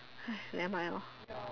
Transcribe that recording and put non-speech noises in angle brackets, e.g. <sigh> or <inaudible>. <breath> nevermind lor